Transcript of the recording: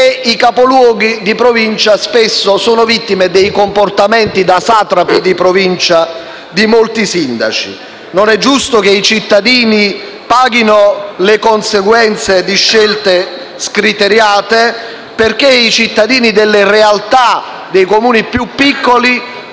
i capoluoghi di provincia sono spesso vittime dei comportamenti da satrapi di Provincia di molti sindaci. Non è giusto che i cittadini paghino le conseguenze di scelte scriteriate, perché quelli delle realtà dei Comuni più piccoli